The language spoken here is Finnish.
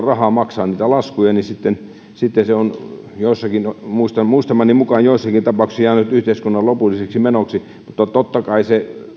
rahaa maksaa niitä laskuja se on muistamani mukaan joissakin tapauksissa jäänyt yhteiskunnan lopulliseksi menoksi mutta totta kai se